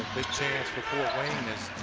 chance for fort wayne,